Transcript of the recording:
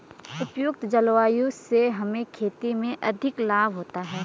उपयुक्त जलवायु से हमें खेती में अधिक लाभ होता है